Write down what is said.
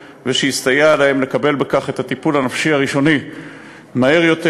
ושיסתייע להם לקבל בכך את הטיפול הנפשי הראשוני מהר יותר,